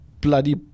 bloody